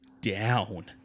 down